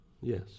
Yes